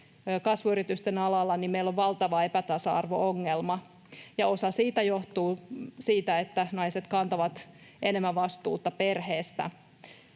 kasvuyritysten alalla, meillä on valtava epätasa-arvo-ongelma, ja osa siitä johtuu siitä, että naiset kantavat enemmän vastuuta perheestä.